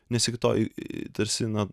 nes iki to tarsi na